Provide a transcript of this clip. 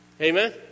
Amen